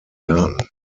garten